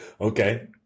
Okay